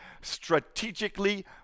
Strategically